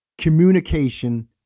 communication